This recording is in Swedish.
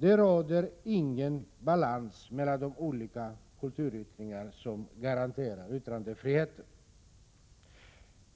Det råder inte någon balans mellan de olika kulturyttringarna som garanterar yttrandefriheten.